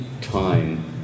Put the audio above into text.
time